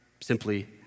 Simply